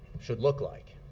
should look like.